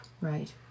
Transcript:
Right